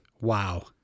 Wow